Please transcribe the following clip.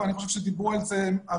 אבל אני חושב שדיברו על זה הרבה,